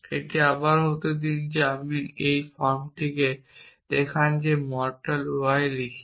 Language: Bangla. তাই আবারও হতে দিন যে যখন আমি এই ফর্মটিতে দেখান মর্টাল y লিখি